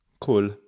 cool